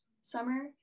summer